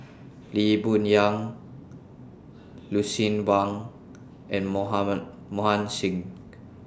Lee Boon Yang Lucien Wang and Mohan Singh